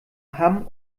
hamm